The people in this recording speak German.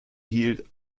hielt